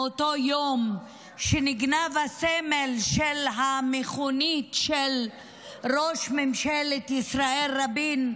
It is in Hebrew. מאותו יום שנגנב הסמל של המכונית של ראש ממשלת ישראל רבין,